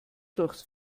durchs